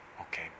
Okay